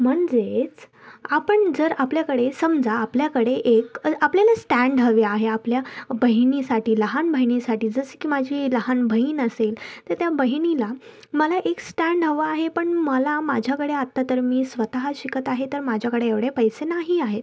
म्हणजेच आपण जर आपल्याकडे समजा आपल्याकडे एक आपल्याला स्टॅन्ड हवे आहे आपल्या बहिणीसाठी लहान बहिणीसाठी जसं की माझी लहान बहीण असेल तर त्या बहिणीला मला एक स्टॅन्ड हवं आहे पण मला माझ्याकडे आत्ता तर मी स्वतः शिकत आहे तर माझ्याकडे एवढे पैसे नाही आहेत